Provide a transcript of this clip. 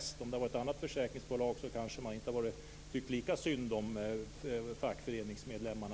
Om det hade gällt ett annat försäkringsbolag hade man kanske inte tyckt lika synd om fackföreningsmedlemmarna.